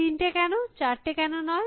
ছাত্র তিনটে কেন চারটে কেন নয়